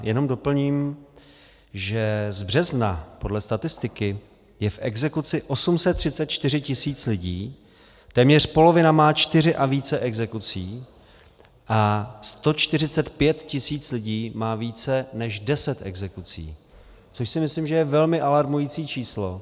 Jenom doplním, že z března podle statistiky je v exekuci 834 tisíc lidí, téměř polovina má čtyři a více exekucí a 145 tisíc lidí má více než 10 exekucí, což si myslím, že je velmi alarmující číslo.